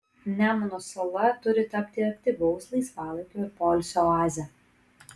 nemuno sala turi tapti aktyvaus laisvalaikio ir poilsio oaze